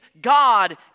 God